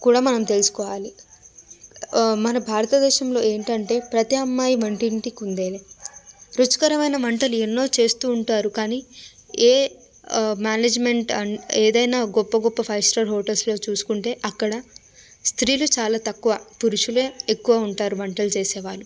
కూడా మనం తెలుసుకోవాలి మన భారతదేశంలో ఏంటంటే ప్రతీ అమ్మాయి వంటింటి కుందేలే రుచికరమైన వంటలు ఎన్నో చేస్తూ ఉంటారు కానీ ఏ మేనేజ్మెంట్ అండ్ ఏదైనా గొప్ప గొప్ప ఫైవ్ స్టార్ హోటల్స్లో చూసుకుంటే అక్కడ స్త్రీలు చాలా తక్కువ పురుషులే ఎక్కువ ఉంటారు వంటలు చేసేవాళ్ళు